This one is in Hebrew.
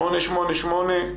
888,